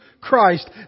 Christ